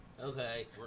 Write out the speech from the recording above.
Okay